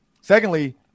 Secondly